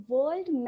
World